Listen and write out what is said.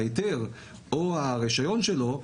ההיתר או הרישיון שלו,